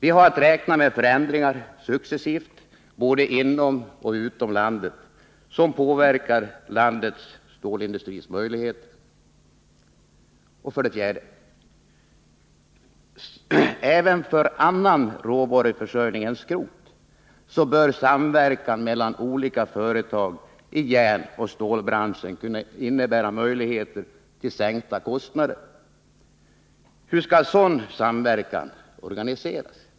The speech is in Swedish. Vi har att räkna med successiva förändringar både inom och utom landet som påverkar möjligheterna för stålindustrin i vårt land. För det fjärde: Även för annan råvaruförsörjning än den som gäller skrot bör samverkan mellan olika företag i järnoch stålbranschen kunna innebära möjlighet till sänkta kostnader. Hur skall sådan samverkan organiseras?